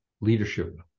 leadership